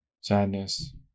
sadness